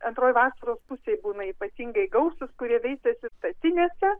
antroj vasaros pusėj būna ypatingai gausūs kurie veisiasi statinėse